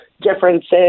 differences